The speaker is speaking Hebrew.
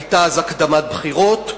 היתה אז הקדמת בחירות,